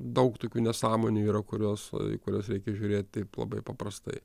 daug tokių nesąmonių yra kurios kurias reikia žiūrėt taip labai paprastai